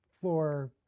floor